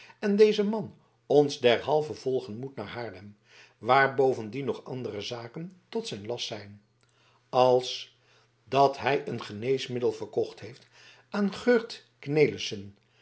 en deze man ons derhalve volgen moet naar haarlem waar bovendien nog andere zaken tot zijn last zijn als dat hij een geneesmiddel verkocht heeft aan geurt